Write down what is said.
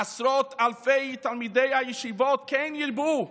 עשרות אלפי תלמיד הישיבות, כן ירבו,